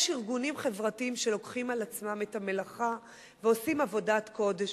יש ארגונים חברתיים שלוקחים על עצמם את המלאכה ועושים עבודת קודש,